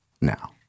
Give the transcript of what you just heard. now